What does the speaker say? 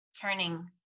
turning